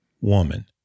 woman